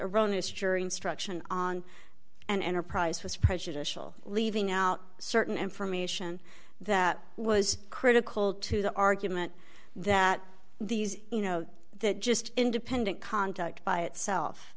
this jury instruction on an enterprise was prejudicial leaving out certain information that was critical to the argument that these you know that just independent conduct by itself